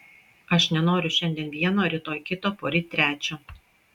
aš nenoriu šiandien vieno rytoj kito poryt trečio